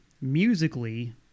musically